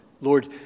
Lord